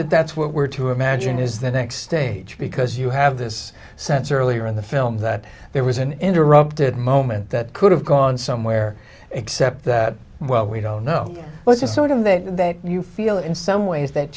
that that's what we're to imagine is the next stage because you have this sense earlier in the film that there was an interrupted moment that could have gone somewhere except that well we don't know what sort of that you feel in some ways that